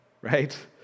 right